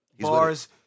Bars